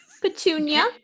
Petunia